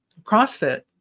crossfit